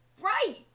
Right